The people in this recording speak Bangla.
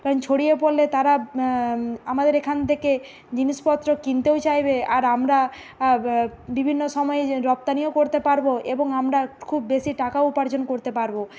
কারণ ছড়িয়ে পড়লে তারা আমাদের এখান থেকে জিনিসপত্র কিনতেও চাইবে আর আমরা বিভিন্ন সময়ে যে রপ্তানিও করতে পারবো এবং আমরা খুব বেশি টাকা উপার্জন করতে পারবো